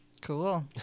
Cool